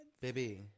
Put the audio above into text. Baby